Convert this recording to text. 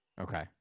Okay